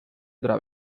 otra